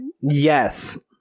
Yes